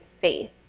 faith